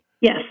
Yes